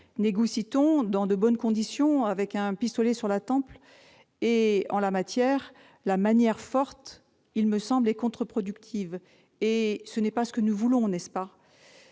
Négocie-t-on dans de bonnes conditions avec un pistolet sur la tempe ? Dans ce domaine, la manière forte me semble contre-productive. Ce n'est pas ce que nous voulons, n'est-ce pas ?